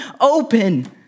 open